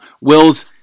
Wills